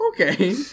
okay